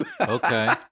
Okay